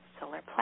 solar